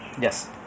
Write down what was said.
yes